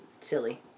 Silly